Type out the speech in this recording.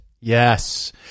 Yes